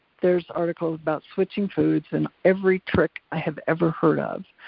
there's articles about switching foods and every trick i have ever heard of.